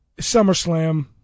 SummerSlam